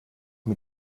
mit